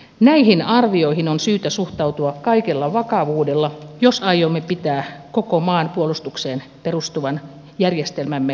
näihin arvioihin on syytä suhtautua kaikella vakavuudella jos aiomme pitää koko maan puolustukseen perustuvan järjestelmämme uskottavalla tasolla